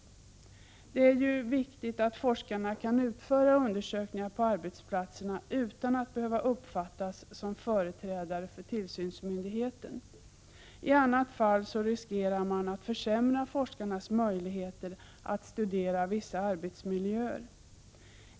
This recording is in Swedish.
Det är t.ex. viktigt att forskarna kan utföra undersökningar på arbetsplatserna utan att behöva uppfattas som företrädare för 175 tillsynsmyndigheten. I annat fall riskerar man att försämra forskarnas möjligheter att studera vissa arbetsmiljöer.